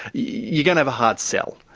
you're going to have a hard sell.